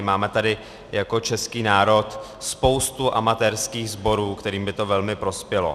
Máme tady jako český národ spoustu amatérských sborů, kterým by to velmi prospělo.